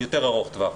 יותר ארוך טווח.